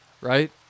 right